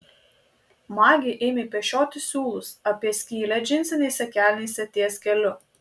magė ėmė pešioti siūlus apie skylę džinsinėse kelnėse ties keliu